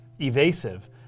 evasive